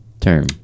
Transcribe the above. term